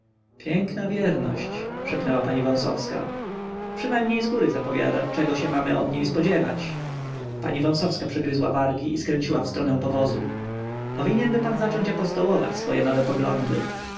piękna wierność szepnęła pani wąsowska przynajmniej zgóry zapowiada czego się mamy od niej spodziewać pani wąsowska przygryzła wargi i skręciła w stronę powozu powinienby pan zacząć apostołować swoje nowe poglądy